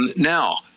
now,